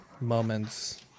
moments